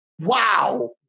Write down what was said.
wow